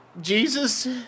Jesus